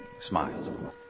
smiled